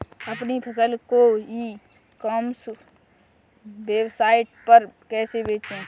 अपनी फसल को ई कॉमर्स वेबसाइट पर कैसे बेचें?